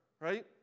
right